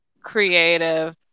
creative